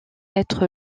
être